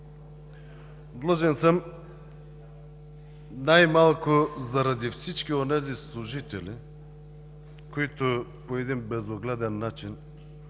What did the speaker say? Длъжен съм най-малко заради всички онези служители, които по един безогледен начин